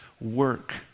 work